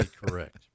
correct